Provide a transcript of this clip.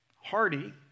Hardy